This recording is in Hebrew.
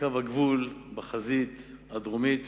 לקו הגבול בחזית הדרומית.